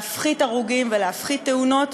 להפחית הרוגים ולהפחית תאונות,